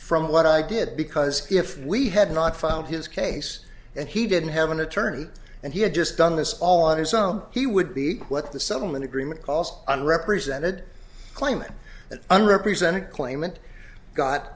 from what i did because if we had not found his case and he didn't have an attorney and he had just done this all on his own he would be what the settlement agreement calls unrepresented claiming that an represented claimant got